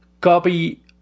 copy